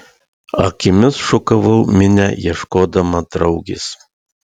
akimis šukavau minią ieškodama draugės